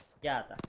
gap